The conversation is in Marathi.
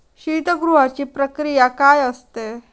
शीतगृहाची प्रक्रिया काय असते?